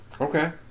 Okay